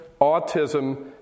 autism